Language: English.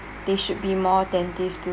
they should be more attentive to